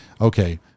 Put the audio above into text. okay